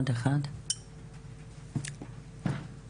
ייצוג הולם).